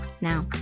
now